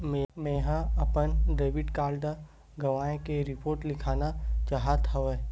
मेंहा अपन debit card गवाए के रिपोर्ट लिखना चाहत हव